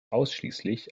ausschließlich